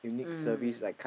mm